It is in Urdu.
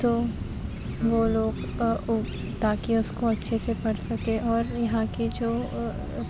تو وہ لوگ تاکہ اس کو اچھے سے پڑھ سکے اور یہاں کی جو